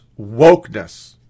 wokeness